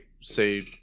say